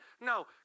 No